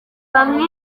bamwe